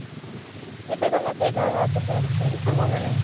હા હા એટલે તમે કંઈ દવા સજેસ્ટ કરી શકો મને